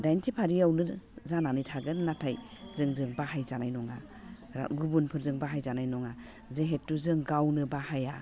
डाइनथि फारियावनो जानानै थागोन नाथाय जोंजों बाहायजानाय नङा गुबुनफोरजों बाहायजानाय नङा जिहेथु जों गावनो बाहाया